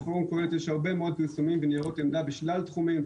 לפורום קהלת יש הרבה מאוד פרסומים וניירות עמדה בשלל תחומים,